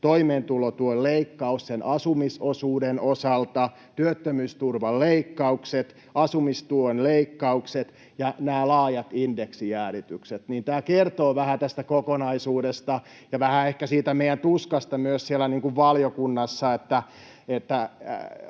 toimeentulotuen leikkaus asumisosuuden osalta, työttömyysturvan leikkaukset, asumistuen leikkaukset ja nämä laajat indeksijäädytykset. Tämä kertoo vähän tästä kokonaisuudesta ja vähän ehkä siitä meidän tuskasta myös siellä valiokunnassa, että